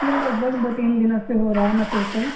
یہ لگ بھگ دو تین دنوں سے ہو رہا ہے مسلسل